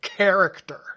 Character